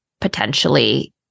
potentially